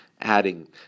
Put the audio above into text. adding